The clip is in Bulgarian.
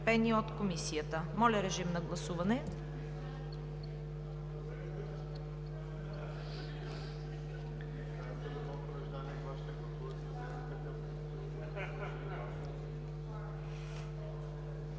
Моля, режим на гласуване.